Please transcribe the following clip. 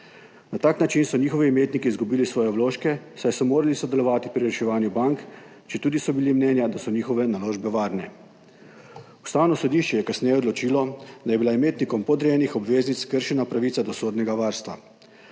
Na tak način so njihovi imetniki izgubili svoje vložke, saj so morali sodelovati pri reševanju bank, četudi so bili mnenja, da so njihove naložbe varne. Ustavno sodišče je kasneje odločilo, da je bila imetnikom podrejenih obveznic kršena pravica do sodnega varstva.